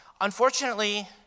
Unfortunately